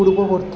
পূর্ববর্তী